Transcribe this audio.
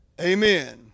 Amen